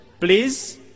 please